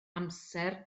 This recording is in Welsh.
amser